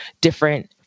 different